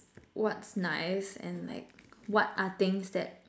what's nice and like what are things that